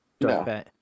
No